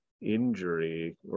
injury